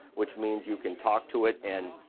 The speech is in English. which means you can talk to it, and